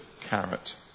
carrot